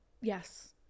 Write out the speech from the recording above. yes